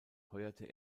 heuerte